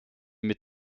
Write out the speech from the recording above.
mit